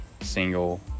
single